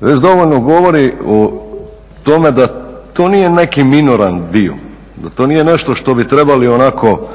Već dovoljno govori o tome da to nije neki minoran dio, da to nije što bi trebali onako